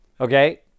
Okay